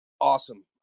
awesome